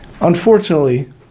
Unfortunately